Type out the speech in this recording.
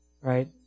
Right